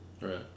Right